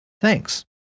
Thanks